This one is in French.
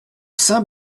saint